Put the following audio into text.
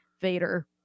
vader